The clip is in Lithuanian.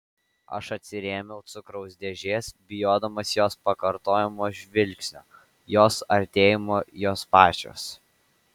aš atsirėmiau cukraus dėžės bijodamas jos pakartojamo žvilgsnio jos artėjimo jos pačios